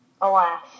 alas